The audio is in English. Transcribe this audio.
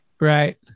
Right